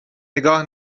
نگاه